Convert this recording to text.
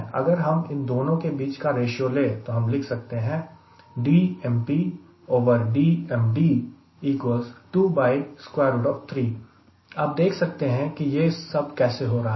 अगर हम इन दोनों के बीच का रेशियो ले तो हम लिख सकते हैं आप देख सकते हैं कि यह सब कैसे हो रहा है